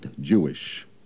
Jewish